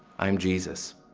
i'm jesus,